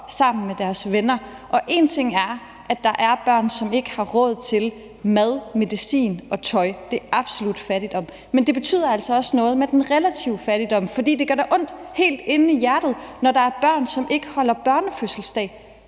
sammen med deres venner, og én ting er, at der er børn, hvis forældre ikke har råd til mad, medicin og tøj. Det er absolut fattigdom. Men det betyder altså også noget med den relative fattigdom, for det gør da ondt helt ind i hjertet, når der er børn, som ikke holder børnefødselsdag.